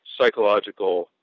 psychological